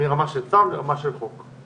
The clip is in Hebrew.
מרמה של צו לרמה של חוק.